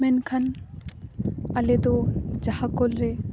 ᱢᱮᱱᱠᱷᱟᱱ ᱟᱞᱮ ᱫᱚ ᱡᱟᱦᱟᱸ ᱠᱚᱞ ᱨᱮ